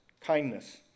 kindness